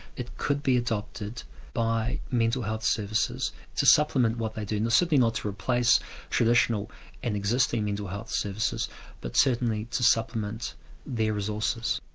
it could be adopted by mental health services to supplement what they do. certainly not to replace traditional and existing mental health services but certainly to supplement their resources.